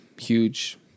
huge